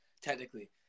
technically